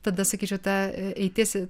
tada sakyčiau ta eitis